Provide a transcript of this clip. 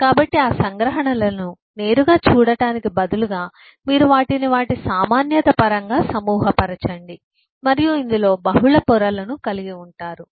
కాబట్టి ఆ సంగ్రహణలను నేరుగా చూడటానికి బదులుగా మీరు వాటిని వాటి సామాన్యత పరంగా సమూహపరచండి మరియు ఇందులో బహుళ పొరలను కలిగి ఉంటారు